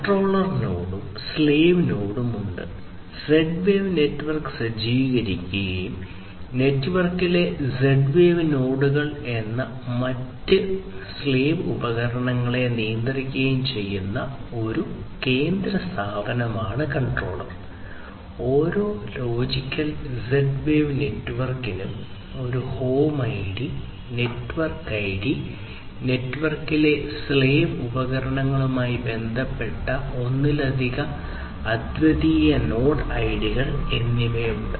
controller നോഡും slave നോഡും നെറ്റ്വർക്കിലെ സ്ലേവ് ഉപകരണങ്ങളുമായി ബന്ധപ്പെട്ട ഒന്നിലധികം അദ്വിതീയ നോഡ് ഐഡികൾ എന്നിവയുണ്ട്